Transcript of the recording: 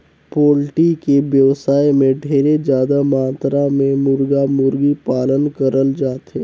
poultry के बेवसाय में ढेरे जादा मातरा में मुरगा, मुरगी पालन करल जाथे